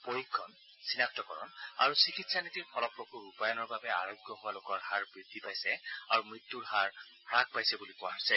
পৰীক্ষণ চিনাক্তকৰণ আৰু চিকিৎসা নীতিৰ ফলপ্ৰসূ ৰূপায়ণৰ বাবে আৰোগ্য হোৱা লোকৰ হাৰ বৃদ্ধি পাইছে আৰু মৃত্যূৰ হাৰ হাস পাইছে বুলি কোৱা হৈছে